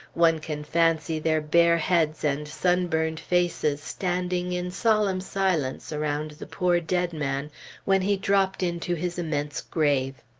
one can fancy their bare heads and sunburned faces standing in solemn silence around the poor dead man when he dropped into his immense grave.